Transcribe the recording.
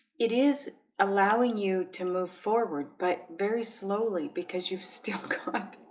it is allowing you to move forward but very slowly because you've still got